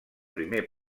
primer